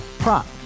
Prop